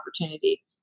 opportunity